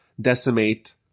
decimate